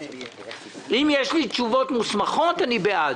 אם יש לי תשובות מוסמכות אני בעד.